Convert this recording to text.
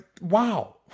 wow